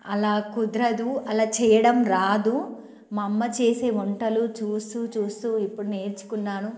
అలా కుదరదు అలా చేయడం రాదు మా అమ్మ చేసే వంటలు చూస్తూ చూస్తూ ఇప్పుడు నేర్చుకున్నాను